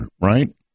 right